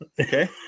okay